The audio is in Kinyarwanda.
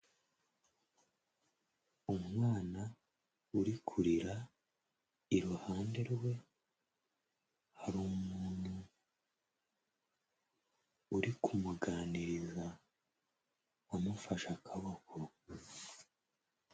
Umwana uri kurira, iruhande rwe hari umuntu uri kumuganiriza umufashe akaboko.